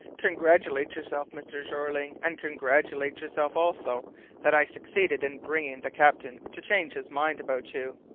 congratulate yourself, mr. jeorling, and congratulate yourself also that i succeeded in bringing the captain to change his mind about you.